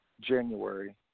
January